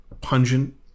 pungent